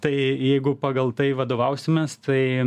tai jeigu pagal tai vadovausimės tai